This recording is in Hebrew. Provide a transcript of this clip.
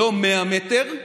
לא 100 מטר,